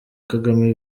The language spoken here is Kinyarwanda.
kagame